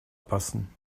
passen